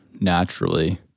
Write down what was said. naturally